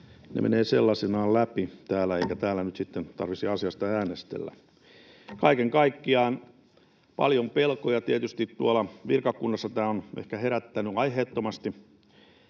ne menevät sellaisenaan läpi täällä eikä täällä nyt sitten tarvitsisi asiasta äänestellä. Kaiken kaikkiaan tämä on herättänyt paljon pelkoja tietysti tuolla virkakunnassa ehkä aiheettomasti,